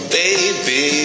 baby